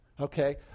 okay